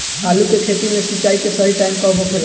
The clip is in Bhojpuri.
आलू के खेती मे सिंचाई के सही टाइम कब होखे ला?